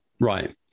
Right